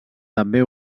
també